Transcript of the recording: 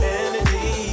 energy